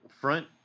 Front